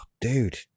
dude